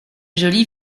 jolie